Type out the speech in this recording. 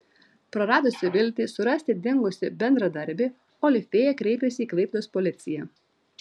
praradusi viltį surasti dingusį bendradarbį olifėja kreipėsi į klaipėdos policiją